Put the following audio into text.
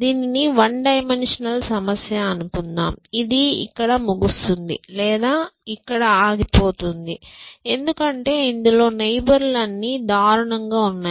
దీనిని one dimensional సమస్య అనుకుందాం ఇది ఇక్కడ ముగుస్తుంది లేదా ఇక్కడ ఆగిపోతుంది ఎందుకంటే ఇందులో నైబర్ లు అన్ని దారుణంగా ఉన్నాయి